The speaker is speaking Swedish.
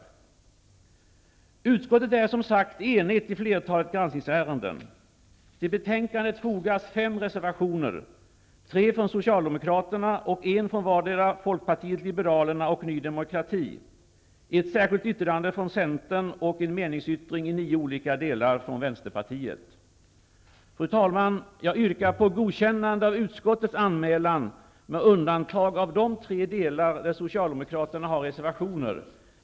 Utskottet är som sagt enigt i flertalet granskningsärenden. Till betänkandet har fem reservationer fogats, tre från Socialdemokraterna och en från vartdera Folkpartiet liberalerna och Ny demokrati, ett särskilt yttrande från Centern och en meningsyttring i nio olika delar från Fru talman! Jag yrkar på godkännande av utskottets anmälan med undantag av de tre delar där Socialdemokraterna har reservationer.